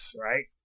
right